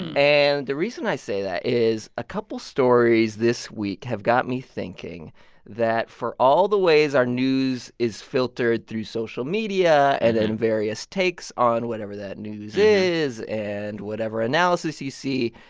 and the reason i say that is a couple stories this week have got me thinking that for all the ways our news is filtered through social media and in various takes on whatever that news is and whatever analysis you see,